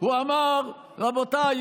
הוא אמר: רבותיי,